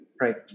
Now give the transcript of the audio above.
Right